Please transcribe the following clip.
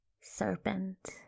Serpent